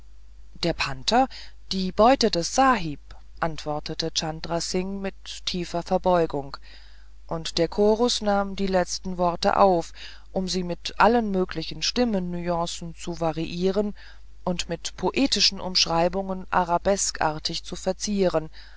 der panther die beute des sahib antwortete chandra singh mit tiefer verbeugung und der chorus nahm die letzten worte auf um sie mit allen möglichen stimmen nuancen zu variieren und mit poetischen umschreibungen arabeskartig zu verzieren